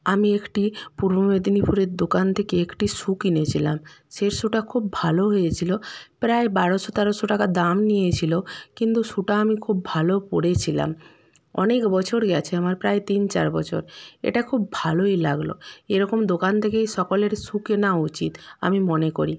আমি একটি পূর্ব মেদিনীপুরের দোকান থেকে একটি শ্যু কিনেছিলাম সেই শ্যুটা খুব ভালো হয়েছিলো প্রায় বারোশো তেরোশো টাকা দাম নিয়েছিলো কিন্তু শ্যুটা আমি খুব ভালো পরেছিলাম অনেক বছর গেছে আমার প্রায় তিন চার বছর এটা খুব ভালোই লাগলো এরকম দোকান থেকেই সকলের শ্যু কেনা উচিত আমি মনে করি